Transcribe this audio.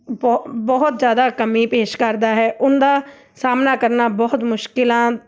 ਬਹੁ ਬਹੁਤ ਜ਼ਿਆਦਾ ਕਮੀ ਪੇਸ਼ ਕਰਦਾ ਹੈ ਉਹਨਾ ਦਾ ਸਾਹਮਣਾ ਕਰਨਾ ਬਹੁਤ ਮੁਸ਼ਕਿਲਾਂ